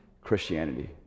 Christianity